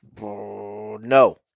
no